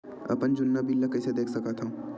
अपन जुन्ना बिल ला कइसे देख सकत हाव?